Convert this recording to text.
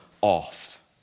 off